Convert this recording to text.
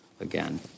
again